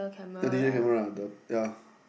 the digital camera ah the the